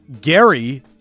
Gary